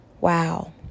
Wow